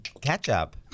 ketchup